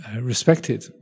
respected